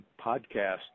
podcast